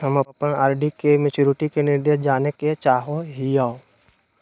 हम अप्पन आर.डी के मैचुरीटी के निर्देश जाने के चाहो हिअइ